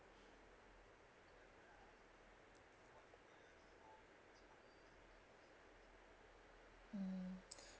mm